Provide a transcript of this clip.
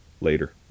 later